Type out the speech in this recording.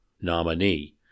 nominee